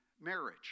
marriage